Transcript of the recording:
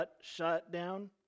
shutdown